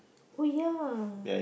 oh ya